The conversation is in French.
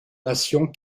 nations